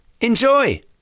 Enjoy